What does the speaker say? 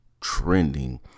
trending